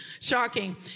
shocking